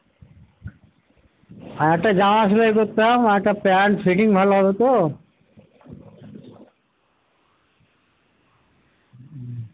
আর একটা জামা সেলাই করতাম আর একটা প্যান্ট ফিটিং ভালো হবে তো